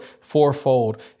fourfold